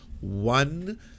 one